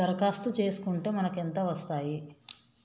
దరఖాస్తు చేస్కుంటే మనకి ఎంత వస్తాయి?